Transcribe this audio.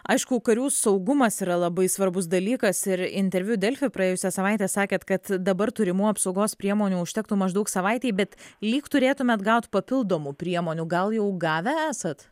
aišku karių saugumas yra labai svarbus dalykas ir interviu delfi praėjusią savaitę sakėt kad dabar turimų apsaugos priemonių užtektų maždaug savaitei bet lyg turėtumėt gaut papildomų priemonių gal jau gavę esat